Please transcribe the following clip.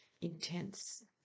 intense